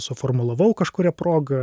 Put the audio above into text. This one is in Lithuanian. suformulavau kažkuria proga